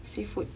seafood